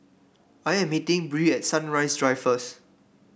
I am meeting Bree at Sunrise Drive first